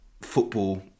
football